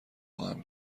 خواهم